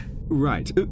Right